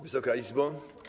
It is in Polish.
Wysoka Izbo!